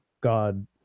God